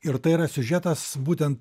ir tai yra siužetas būtent